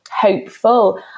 hopeful